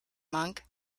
monk